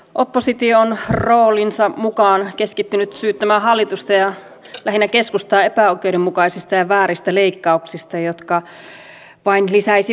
oppositio on roolinsa mukaan keskittynyt syyttämään hallitusta lähinnä keskustaa epäoikeudenmukaisista ja vääristä leikkauksista jotka vain lisäisivät köyhyyttä ja eriarvoisuutta